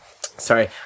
sorry